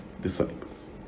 disciples